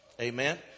Amen